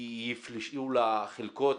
יפלשו לחלקות.